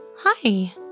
Hi